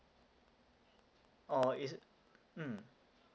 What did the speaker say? oh is it mm